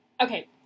okay